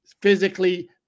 physically –